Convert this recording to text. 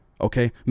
Okay